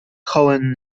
kulin